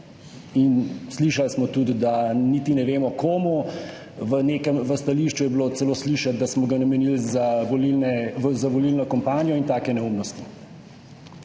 slišali smo tudi, da niti ne vemo, komu. V stališču je bilo celo slišati, da smo ga namenili za volilno kampanjo in take neumnosti.